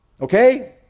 Okay